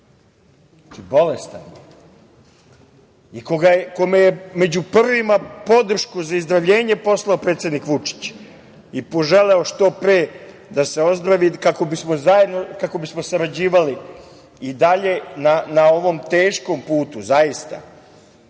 bolestan je, i kome je među prvima podršku za ozdravljenje poslao predsednik Vučić i poželeo što pre da ozdravi kako bismo sarađivali i dalje na ovom teškom putu Srbije